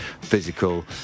physical